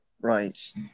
Right